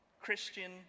Christian